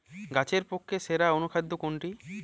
গাছের পক্ষে সেরা অনুখাদ্য কোনটি?